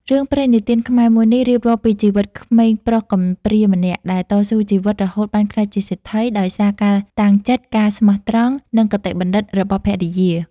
រឿងព្រេងនិទានខ្មែរមួយនេះ រៀបរាប់ពីជីវិតក្មេងប្រុសកំព្រាម្នាក់ដែលតស៊ូជីវិត រហូតបានក្លាយជាសេដ្ឋី ដោយសារការតាំងចិត្ត ការស្មោះត្រង់ និងគតិបណ្ឌិតរបស់ភរិយា។